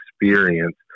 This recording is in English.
experience